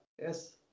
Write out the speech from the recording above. Yes